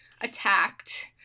attacked